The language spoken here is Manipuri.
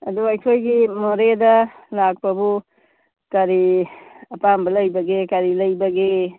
ꯑꯗꯨ ꯑꯩꯈꯣꯏꯒꯤ ꯃꯣꯔꯦꯗ ꯂꯥꯛꯄꯕꯨ ꯀꯔꯤ ꯑꯄꯥꯝꯕ ꯂꯩꯕꯒꯤ ꯀꯔꯤ ꯂꯩꯕꯒꯦ